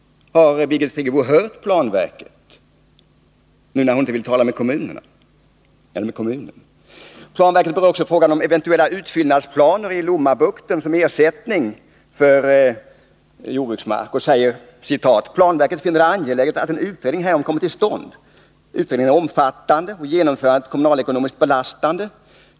Har Birgit Friggebo hört planverket, när hon nu inte vill tala med kommunen? Planverket berör också frågan om eventuella planer på utfyllnader i Lommabukten som ersättning för jordbruksmark och säger: ”Planverket finner det angeläget att en utredning härom kommer till stånd. Utredningen är omfattande och genomförandet kommunalekonomiskt belastande.